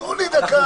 תנו לי דקה.